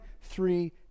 three